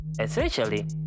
essentially